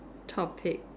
topic